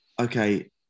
okay